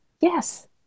Yes